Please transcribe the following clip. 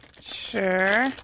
Sure